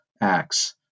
acts